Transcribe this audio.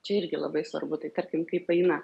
čia irgi labai svarbu tai kad kaip eina